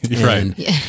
Right